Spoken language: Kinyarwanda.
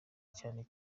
cyane